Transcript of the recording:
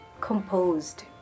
composed